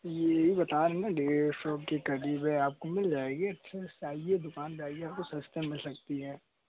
यही बता रहे हैं ना डेढ़ सौ के करीब आपको मिल जाएगी अच्छे से आइए दुकान पर आइए आपको सस्ते में मिल सकती है